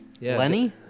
Lenny